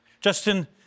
Justin